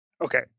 Okay